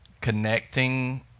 connecting